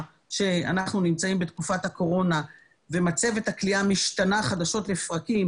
שאנחנו נמצאים בתקופת הקורונה ומצבת הכליאה משתנה חדשות לפרקים,